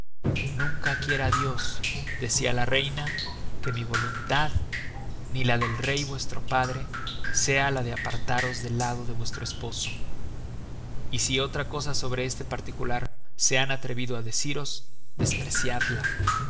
nunca quiera dios decia la reina que mi voluntad ni la del rey vuestro padre sea la de apartaros del lado de vuestro esposo y si otra cosa sobre este particular se han atrevido á deciros despreciadla